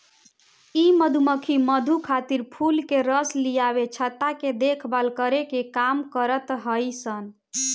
इ मधुमक्खी मधु खातिर फूल के रस लियावे, छत्ता के देखभाल करे के काम करत हई सन